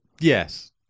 Yes